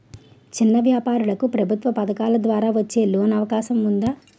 చిన్న వ్యాపారాలకు ప్రభుత్వం పథకాల ద్వారా వచ్చే లోన్ అవకాశం ఉందా?